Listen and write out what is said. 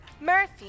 Murphy